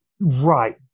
Right